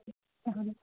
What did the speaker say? তেতিয়াহ'লে